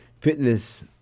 fitness